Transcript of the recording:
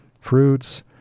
fruits